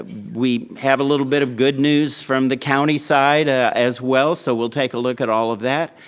ah we have a little bit of good news from the county side ah as well, so we'll take a look at all of that.